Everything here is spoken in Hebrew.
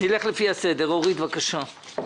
בבקשה,